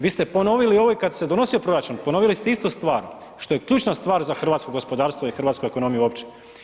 Vi ste ponovili ovo i kad se donosio proračun, ponovili ste istu stvar, što je ključna stvar za hrvatsko gospodarstvo i hrvatsku ekonomiju uopće.